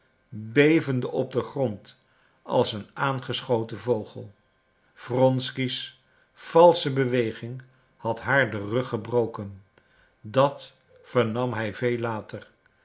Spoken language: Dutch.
bevende op den grond als een aangeschoten vogel wronsky's valsche beweging had haar den rug gebroken dat vernam hij veel later